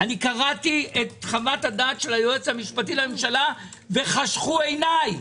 קראתי את חוות הדעת של היועץ המשפטי לממשלה וחשכו עיניי.